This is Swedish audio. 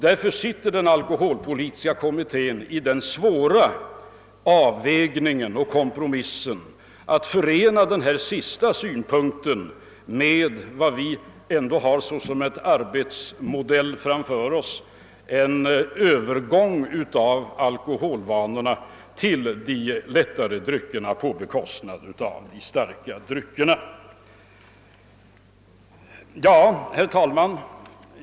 Därför har den alkoholpolitiska kommittén att göra den svåra avvägningen och kompromissen att förena denna synpunkt med vad vi har framför oss som en arbetsmodell, nämligen en övergång till de lättare dryckerna på bekostnad av de starkare dryckerna. Herr talman!